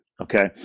Okay